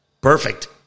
perfect